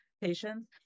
patients